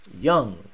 Young